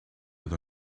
with